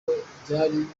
ryari